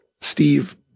Steve